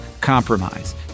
compromise